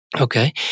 Okay